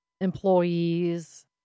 employees